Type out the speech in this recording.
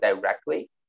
directly